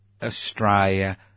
Australia